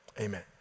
amen